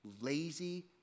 lazy